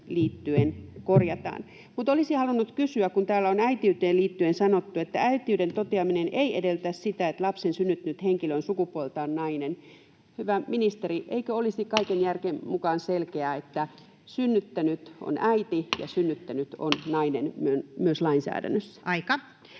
liittyen korjataan. Mutta olisin halunnut kysyä, kun täällä on äitiyteen liittyen sanottu, että äitiyden toteaminen ei edellytä sitä, että lapsen synnyttänyt henkilö on sukupuoleltaan nainen: hyvä ministeri, eikö olisi kaiken järjen mukaan selkeää, että synnyttänyt on äiti ja synnyttänyt on nainen myös lainsäädännössä?